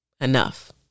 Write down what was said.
enough